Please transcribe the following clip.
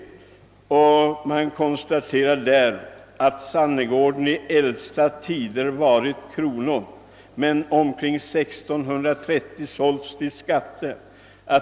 Man konstaterade att Sannegården i äldsta tider varit kronoegendom men omkring 1630 sålts till skatteegendom.